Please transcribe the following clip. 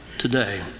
today